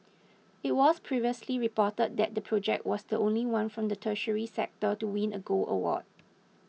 it was previously reported that the project was the only one from the tertiary sector to win a gold award